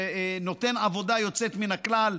שנותן עבודה יוצאת מן הכלל,